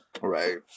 right